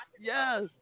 yes